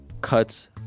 cuts